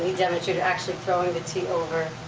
demonstrated actually throwing the tea over,